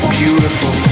beautiful